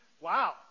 Wow